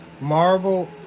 marble